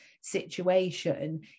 situation